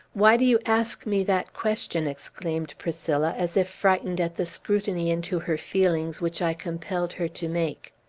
why do you ask me that question? exclaimed priscilla, as if frightened at the scrutiny into her feelings which i compelled her to make.